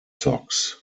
sox